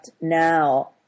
now